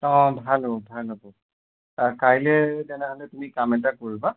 অঁ ভাল হ'ব ভাল হ'ব কাইলৈ তেনেহ'লে তুমি কাম এটা কৰিবা